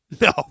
No